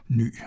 ny